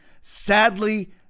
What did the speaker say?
sadly